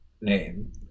name